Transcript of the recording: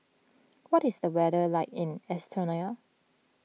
what is the weather like in Estonia